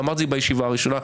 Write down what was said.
ואמרתי את זה בישיבה הראשונה,